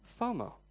FOMO